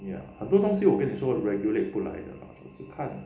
ya 很多东西我跟你说的 regulate 不来的啦是看